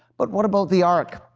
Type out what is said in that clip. but what about the ark?